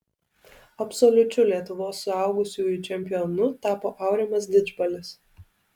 absoliučiu lietuvos suaugusiųjų čempionu tapo aurimas didžbalis